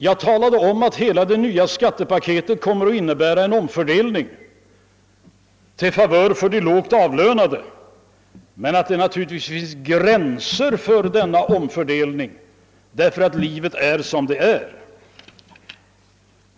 Jag talade om att hela det nya skattepaketet kommer att innebära en omfördelning till favör för de lågt avlönade men att det finns gränser för denna omfördelning, därför att livet är som det är.